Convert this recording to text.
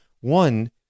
one